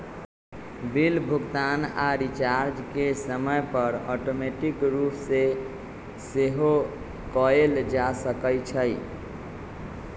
bill भुगतान आऽ recharge के समय पर ऑटोमेटिक रूप से सेहो कएल जा सकै छइ